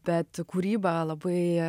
bet kūryba labai